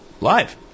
live